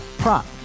prop